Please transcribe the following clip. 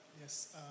Yes